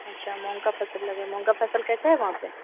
अच्छा मूँग की फ़सल लगी है मूँग की फ़सल कैसी है वहाँ पर